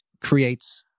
creates